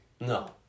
No